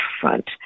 front